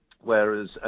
Whereas